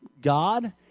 God